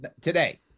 Today